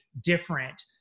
different